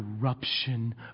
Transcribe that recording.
corruption